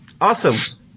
Awesome